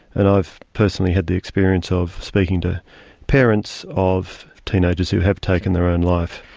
and i've personally had the experience of speaking to parents of teenagers who have taken their own life.